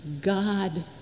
God